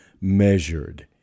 measured